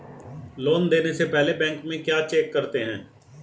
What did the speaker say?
Loan देने से पहले बैंक में क्या चेक करते हैं?